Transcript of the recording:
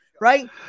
right